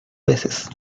veces